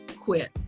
quit